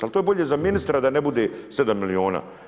Ali to je bolje za ministra da ne bude sedam milijuna.